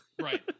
Right